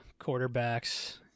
quarterbacks